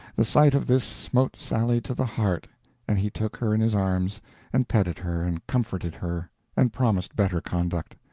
the sight of this smote sally to the heart and he took her in his arms and petted her and comforted her and promised better conduct,